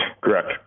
Correct